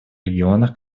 регионах